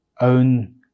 own